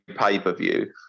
pay-per-view